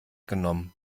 genommen